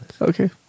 Okay